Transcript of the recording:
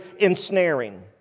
ensnaring